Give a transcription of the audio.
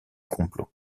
complot